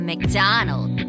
McDonald